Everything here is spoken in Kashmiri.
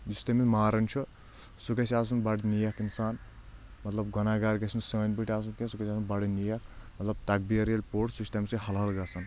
یُس تٔمِس ماران چھُ سُہ گژھِ آسُن بَڑٕ نیک اِنسان مطلب گۄناہ گار گژھِ نہٕ سٲنۍ پٲٹھۍ آسُن کینٛہہ سُہ گژھِ آسُن بڑٕ نیک مطلب تقبیٖر ییٚلہِ پوٚر سُہ چھُ تَمہِ سۭتۍ حل حل گژھان